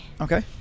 Okay